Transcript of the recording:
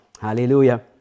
Hallelujah